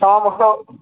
तव्हां मूंखे